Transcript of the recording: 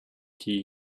key